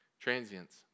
transients